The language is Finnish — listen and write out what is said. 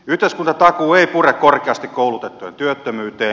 yhteiskuntatakuu ei pure korkeasti koulutettujen työttömyyteen